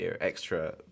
extra